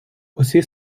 усі